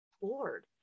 bored